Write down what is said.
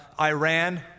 Iran